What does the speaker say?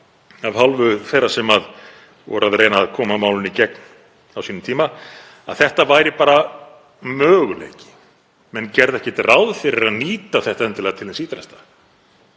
af hálfu þeirra sem voru að reyna að koma málinu í gegn á sínum tíma að þetta væri bara möguleiki, menn gerðu ekki endilega ráð fyrir að nýta þetta til hins ýtrasta.